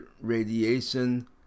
radiation